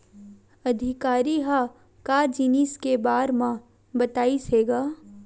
अधिकारी ह का जिनिस के बार म बतईस हे गा?